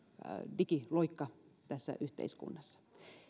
digiloikka tässä yhteiskunnassa